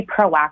proactive